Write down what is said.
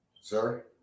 Sir